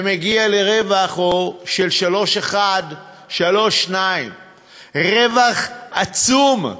ומגיע לרווח של 3.1 3.2. רווח עצום,